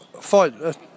fight